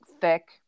thick